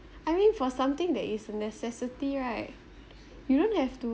I mean for something that is a necessity right you don't have to